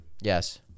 Yes